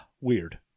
Weird